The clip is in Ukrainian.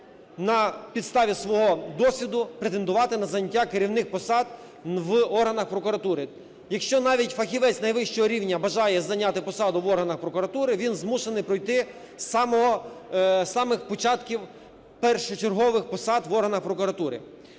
на підставі свого досвіду претендувати на заняття керівних посад в органах прокуратури. Якщо навіть фахівець найвищого рівня бажає зайняти посаду в органах прокуратури, він змушений пройти з самих початків першочергових посад в органах прокуратури.